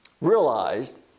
realized